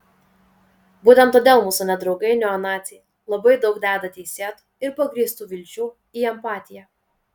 būtent todėl mūsų nedraugai neonaciai labai daug deda teisėtų ir pagrįstų vilčių į empatiją